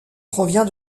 provient